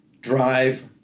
drive